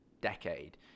decade